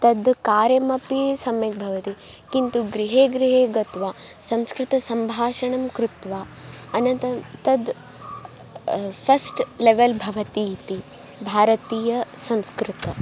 तद्कार्यमपि सम्यक् भवति किन्तु गृहे गृहे गत्वा संस्कृतसम्भाषणं कृत्वा अनन्तरं तद् फ़स्ट् लेवेल् भवति इति भारतीयसंस्कृतम्